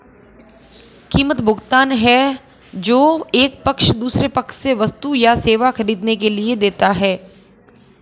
कीमत, भुगतान है जो एक पक्ष दूसरे पक्ष से वस्तु अथवा सेवा ख़रीदने के लिए देता है